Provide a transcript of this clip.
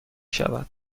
شود